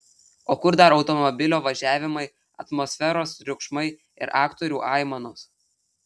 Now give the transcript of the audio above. o kur dar automobilio važiavimai atmosferos triukšmai ir aktorių aimanos